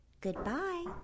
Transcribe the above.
Goodbye